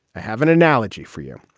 i have an analogy for you.